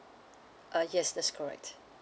uh yes that's correct